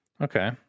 okay